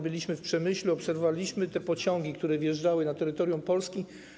Byliśmy w Przemyślu, obserwowaliśmy pociągi, które wjeżdżały na terytorium Polski.